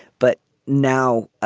but now